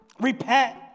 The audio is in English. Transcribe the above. Repent